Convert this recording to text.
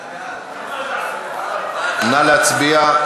נא להצביע.